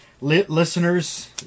Listeners